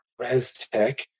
ResTech